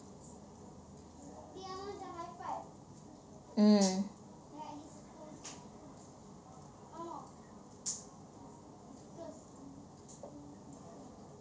mm